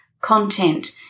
content